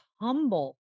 humble